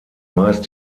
meist